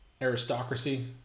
aristocracy